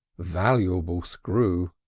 valuable screw!